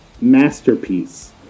masterpiece